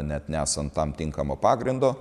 net nesant tam tinkamo pagrindo